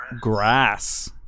grass